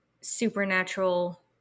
supernatural